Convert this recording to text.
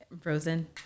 frozen